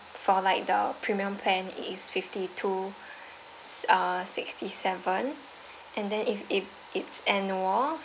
for like the premium plan is fifty two six uh sixty seven and then if if it's annual